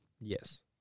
Yes